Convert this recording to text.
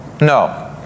No